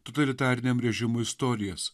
totalitariniam režimui istorijas